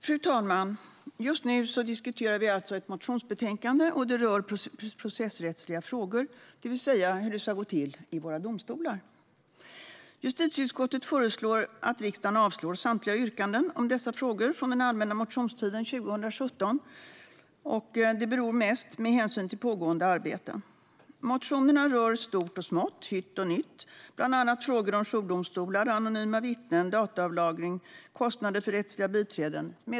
Fru talman! Just nu diskuterar vi ett motionsbetänkande som rör processrättsliga frågor, det vill säga hur det ska gå till i våra domstolar. Justitieutskottet föreslår att riksdagen avslår samtliga yrkanden om dessa frågor från den allmänna motionstiden 2017. Det beror mest på hänsyn till pågående arbete. Motionerna rör stort och smått och hytt och mytt, bland annat frågor om jourdomstolar, anonyma vittnen, datalagring och kostnader för rättsliga biträden.